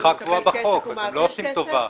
אתם לא עושים טובה.